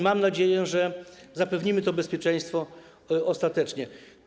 Mam nadzieję, że zapewnimy to bezpieczeństwo ostatecznie.